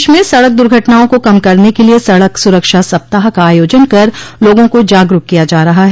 प्रदेश में सड़क दुर्घटनाओं को कम करने के लिये सड़क सुरक्षा सप्ताह का आयोजन कर लोगों को जागरूक किया जा रहा है